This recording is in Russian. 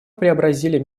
преобразили